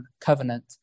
covenant